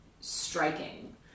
striking